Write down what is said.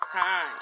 time